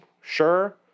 Sure